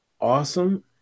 awesome